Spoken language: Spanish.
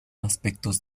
aspectos